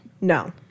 no